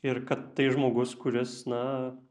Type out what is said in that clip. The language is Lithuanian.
ir kad tai žmogus kuris na